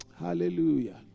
Hallelujah